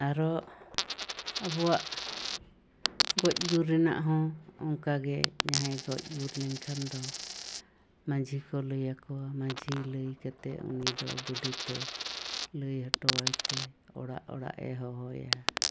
ᱟᱨᱚ ᱟᱵᱚᱣᱟᱜ ᱜᱚᱡᱽ ᱜᱩᱨ ᱨᱮᱱᱟᱜ ᱦᱚᱸ ᱚᱱᱠᱟᱜᱮ ᱡᱟᱦᱟᱸᱭ ᱜᱚᱡᱽ ᱜᱩᱨ ᱞᱮᱱᱠᱷᱟᱱ ᱫᱚ ᱢᱟᱹᱡᱷᱤ ᱠᱚ ᱞᱟᱹᱭ ᱟᱠᱚ ᱢᱟᱹᱡᱷᱤ ᱞᱟᱹᱭ ᱠᱟᱛᱮᱫ ᱩᱱᱤᱫᱚ ᱜᱚᱰᱮᱛᱮ ᱞᱟᱹᱭ ᱦᱚᱴᱚᱣᱟᱭᱛᱮ ᱚᱲᱟᱜ ᱚᱲᱟᱜᱮ ᱦᱚᱦᱚᱭᱟ